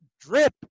drip